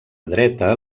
dreta